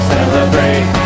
Celebrate